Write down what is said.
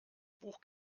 buch